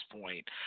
point